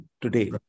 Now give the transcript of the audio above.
today